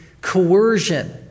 coercion